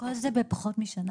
זה בפחות משנה?